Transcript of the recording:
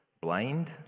blind